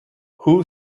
who